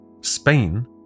Spain